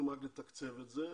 לתקצב אותה.